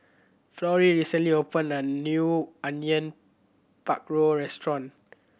Florrie recently opened a new Onion Pakora Restaurant